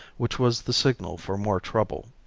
which was the signal for more trouble.